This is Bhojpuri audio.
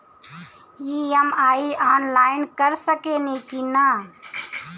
ई.एम.आई आनलाइन कर सकेनी की ना?